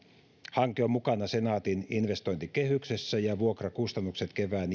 hanke on mukana senaatin investointikehyksessä ja vuokrakustannukset kevään